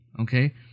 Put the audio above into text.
Okay